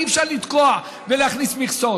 אי-אפשר לתקוע ולהכניס מכסות.